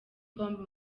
pombe